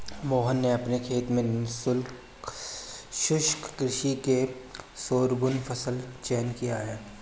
मोहन ने अपने खेत में शुष्क कृषि के लिए शोरगुम फसल का चयन किया है